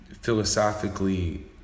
philosophically